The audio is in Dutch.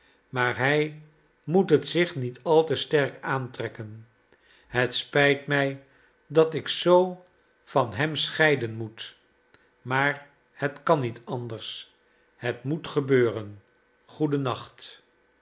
maar hij moet het zich niet al te sterk aantrekken het spijt mij dat ik zoo van hem scheiden moet maar het kan niet anders het moet gebeuren